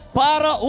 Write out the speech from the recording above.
para